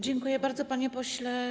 Dziękuję bardzo, panie pośle.